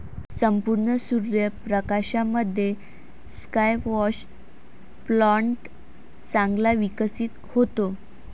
संपूर्ण सूर्य प्रकाशामध्ये स्क्वॅश प्लांट चांगला विकसित होतो